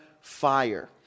fire